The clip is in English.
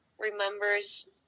remembers